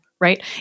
right